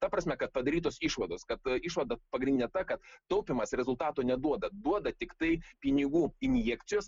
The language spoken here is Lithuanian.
ta prasme kad padarytos išvados kad išvada pagrindinė ta kad taupymas rezultatų neduoda duoda tiktai pinigų injekcijos